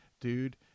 dude